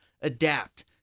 adapt